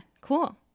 Cool